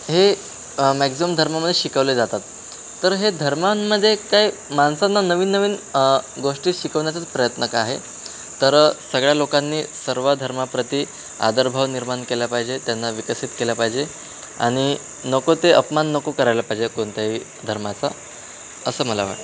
हे मॅक्झिमम धर्मामध्ये शिकवले जातात तर हे धर्मांमध्ये काय माणसांना नवीन नवीन गोष्टी शिकवण्याचा प्रयत्न का आहे तर सगळ्या लोकांनी सर्व धर्माप्रती आदरभाव निर्माण केला पाहिजे त्यांना विकसित केलं पाहिजे आणि नको ते अपमान नको करायला पाहिजे कोणत्याही धर्माचा असं मला वाटतं